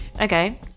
Okay